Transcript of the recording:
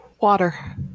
Water